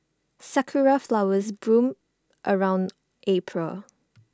Sakura Flowers bloom around April